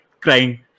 crying